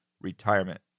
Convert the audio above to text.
retirement